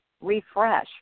refresh